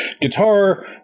Guitar